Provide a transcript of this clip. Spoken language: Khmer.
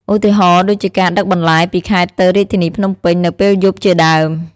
ឧទាហរណ៍ដូចជាការដឹកបន្លែពីខេត្តទៅរាជធានីភ្នំពេញនៅពេលយប់ជាដើម។